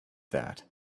that